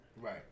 Right